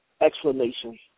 explanation